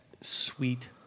sweet